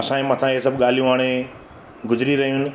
असांजे मथां इहे सभु ॻाल्हियूं हाणे गुज़री रहियूं आहिनि